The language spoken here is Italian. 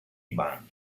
band